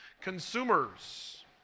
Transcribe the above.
consumers